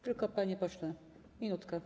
Tylko, panie pośle, minutka.